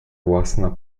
własna